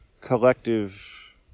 collective